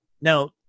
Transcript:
now